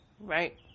Right